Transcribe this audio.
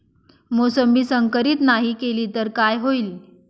मोसंबी संकरित नाही केली तर काय होईल?